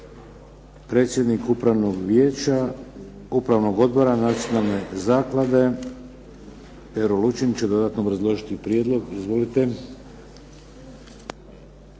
Predsjednik Upravnog odbora Nacionalne zaklade Pero Lučin će dodatno obrazložiti prijedlog. Izvolite.